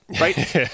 right